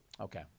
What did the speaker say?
Okay